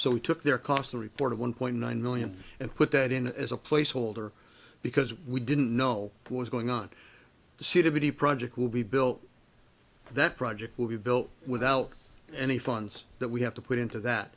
so we took their cost a reported one point nine million and put that in as a placeholder because we didn't know what was going on the city project will be built that project will be built without any funds that we have to put into that